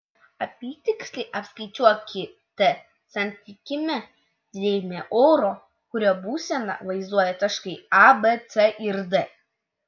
apytiksliai apskaičiuokite santykinę drėgmę oro kurio būseną vaizduoja taškai a b c ir d